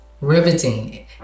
riveting